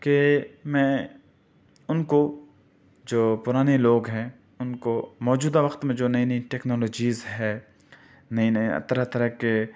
کہ میں اُن کو جو پرانے لوگ ہیں اُن کو موجودہ وقت میں جو نئی نئی ٹیکنالوجیز ہے نئے نئے طرح طرح کے